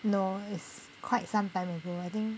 no it's quite some time ago I think